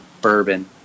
bourbon